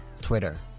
Twitter